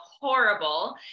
horrible